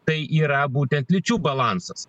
tai yra būtent lyčių balansas